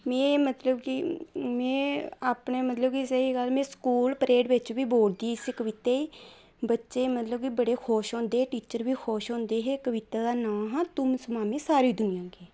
में मतलब कि में अपने स्हेई कदें स्कूल प्रेअर बिच बी बोलदी ही इसी कविता गी बच्चे मतलब कि बड़े खुश होंदे हे टीचर बी खुश होंदे हे कविता दा नांऽ हा तुम स्वामी सारी दुनिया के